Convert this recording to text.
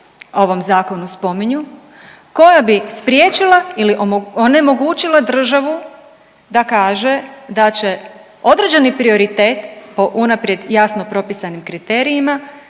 ovom zakonu spominju koja bi spriječila ili onemogućila državu da kaže da će određeni prioritet po unaprijed jasno propisanim kriterijima